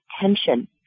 tension